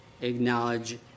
acknowledge